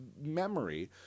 memory